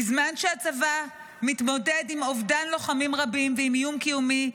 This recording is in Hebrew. בזמן שהצבא מתמודד עם אובדן לוחמים רבים ועם איום קיומי,